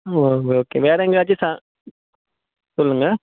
okay வேறு எங்கேச்சும் சா சொல்லுங்க